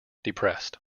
depressed